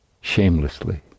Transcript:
shamelessly